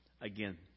Again